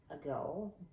ago